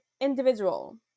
individual